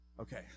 Okay